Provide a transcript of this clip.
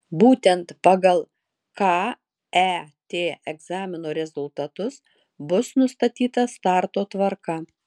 būtent pagal ket egzamino rezultatus bus nustatyta starto tvarka